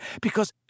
because